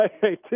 Hey